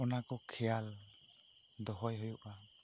ᱚᱱᱟ ᱠᱚ ᱠᱷᱮᱭᱟᱞ ᱫᱚᱦᱚᱭ ᱦᱩᱭᱩᱜᱼᱟ